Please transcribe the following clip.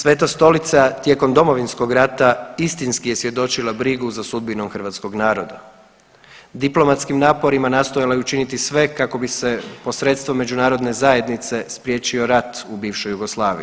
Sveta Stolica tijekom Domovinskog rata istinski je svjedočila brigu za sudbinom hrvatskog naroda, diplomatskim naporima nastojala je učiniti sve kako bi se posredstvom međunarodne zajednice spriječio rat u bivšoj Jugoslaviji.